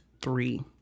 three